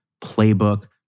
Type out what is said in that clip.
playbook